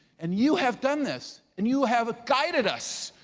and you have done this, and you have guided us,